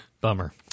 Bummer